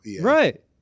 Right